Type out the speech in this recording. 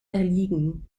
erliegen